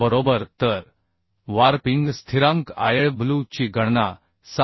बरोबर तर वारपिंग स्थिरांक Iw ची गणना 7